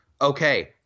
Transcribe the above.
Okay